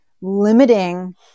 limiting